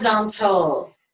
horizontal